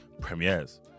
premieres